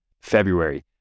February